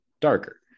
darker